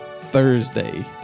Thursday